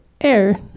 air